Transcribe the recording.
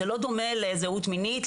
זה לא דומה לזכות מינית,